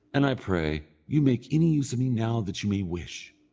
and i pray you make any use of me now that you may wish.